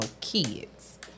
kids